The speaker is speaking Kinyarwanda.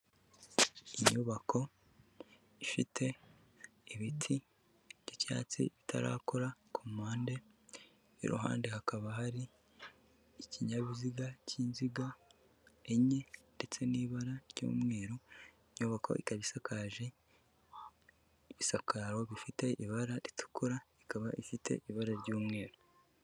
Inyubako ifite ibiti by'icyatsi bitarakura ku mpande, iruhande hakaba hari ikinyabiziga cy'inziga enye ndetse n'ibara ry'umweru, inyubako ikabisakaje isakaro rifite ibara ritukura, ikaba ifite ibara ry'umweru.